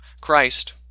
Christ